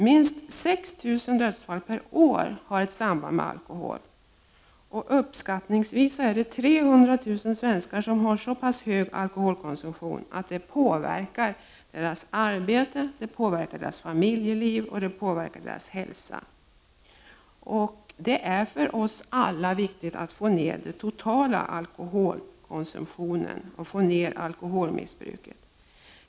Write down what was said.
Minst 6000 dödsfall per år har samband med alkohol. Uppskattningsvis 300 000 svenskar har så pass hög alkoholkonsumtion att det påverkar deras arbete, familjeliv och hälsa. Det är för oss alla viktigt att få ned den totala alkoholkonsumtionen och alkoholmissbruket.